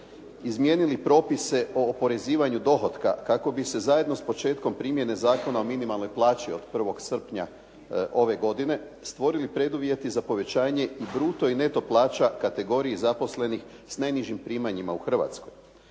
izmijenili propise o oporezivanju dohotka kako bi se zajedno s početkom primjene Zakona o minimalnoj plaći od 1. srpnja ove godine stvorili preduvjeti za povećanje i bruto i neto plaća kategoriji zaposlenih s najnižim primanjima u Hrvatskoj.